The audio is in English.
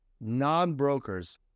non-brokers